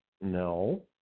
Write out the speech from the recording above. No